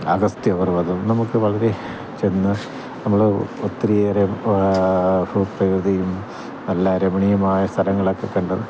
അഗസ്ത്യ പർവ്വതം നമ്മള്ക്ക് വളരെ ചെന്ന് നമ്മള് ഒത്തിരി ഏറെ ഭൂപ്രകൃതിയും നല്ല രമണീയമായ സ്ഥലങ്ങളൊക്കെ കണ്ട്